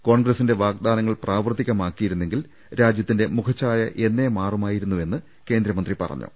കോൺഗ്രസിന്റെ വാഗ്ദാനങ്ങൾ പ്രാവർത്തികമാക്കിയിരുന്നെങ്കിൽ രാജ്യത്തിന്റെ മുഖച്ഛായ എന്നേ മാറുമാ യിരുന്നുവെന്ന് കേന്ദ്രമന്ത്രി പറഞ്ഞു